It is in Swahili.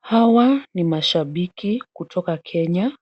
Hawa ni mashabiki kutoka Kenya.